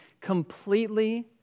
completely